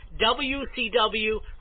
WCW